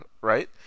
Right